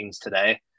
today